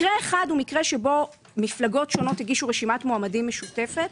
מקרה אחד הוא מקרה שבו מפלגות שונות הגישו רשימת מועמדים משותפת